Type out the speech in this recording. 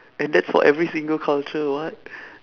and that's for every single culture what